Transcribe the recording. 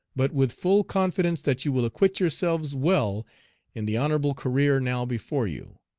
but with full confidence that you will acquit yourselves well in the honorable career now before you.